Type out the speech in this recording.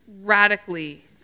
radically